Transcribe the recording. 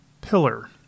pillar